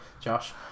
Josh